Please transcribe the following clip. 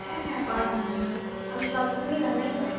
হ্যাঁ হ্যাঁ পারবো না কেন আমি সব ধরনের রান্নাই পারি